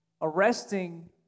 Arresting